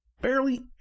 Barely